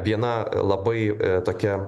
viena labai tokia